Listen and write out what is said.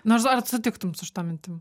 nors ar sutiktum su šita mintim